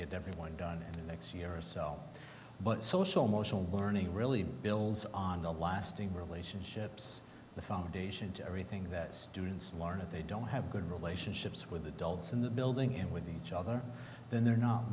get everyone done in the next year or so but social motional learning really builds on the lasting relationships the foundation to everything that students learn if they don't have good relationships with adults in the building and with each other then they're not